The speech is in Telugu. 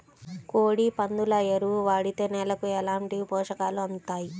కోడి, పందుల ఎరువు వాడితే నేలకు ఎలాంటి పోషకాలు అందుతాయి